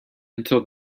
until